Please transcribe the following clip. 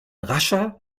rascher